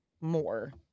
more